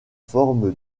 formes